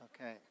Okay